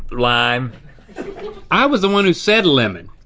like um i was the one who said lemon.